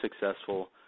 successful